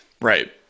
Right